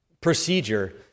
procedure